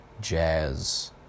jazz